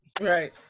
Right